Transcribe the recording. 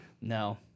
No